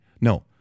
No